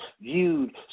viewed